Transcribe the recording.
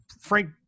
Frank